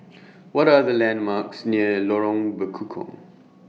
What Are The landmarks near Lorong Bekukong